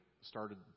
started